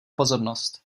pozornost